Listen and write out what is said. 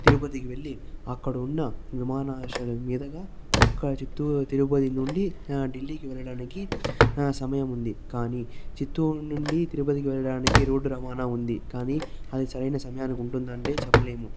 తిరుపతికి వెళ్లి అక్కడ ఉన్న విమానాశ్రయం మీదగా ఇక్కడ చిత్తూరు తిరుపతి నుండి ఢిల్లీకి వెళ్ళడానికి సమయం ఉంది కానీ చిత్తూరు నుండి తిరుపతి వెళ్ళడానికి రోడ్డు రవాణా ఉంది కానీ అది సరైన సమయానికి ఉంటుందంటే చెప్పలేము